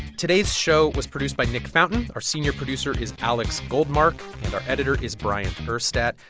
today's show was produced by nick fountain. our senior producer is alex goldmark. and our editor is bryant urstadt.